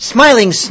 Smiling